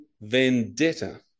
vendetta